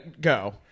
go